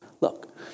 Look